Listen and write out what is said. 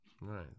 Right